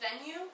venue